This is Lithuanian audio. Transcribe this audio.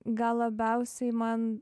gal labiausiai man